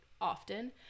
often